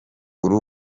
uru